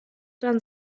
dann